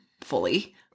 fully –